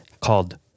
called